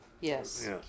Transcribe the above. Yes